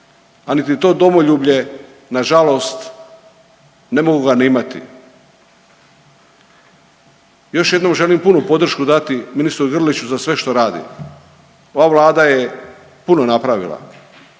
a niti to domoljublje nažalost, ne mogu ga ni imati. Još jednom želim punu podršku dati ministru Grliću za sve što radi. Ova vlada je puno napravila